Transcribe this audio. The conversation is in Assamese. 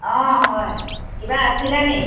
অ' হয় কিবা আছিলে নি